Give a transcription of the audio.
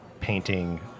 painting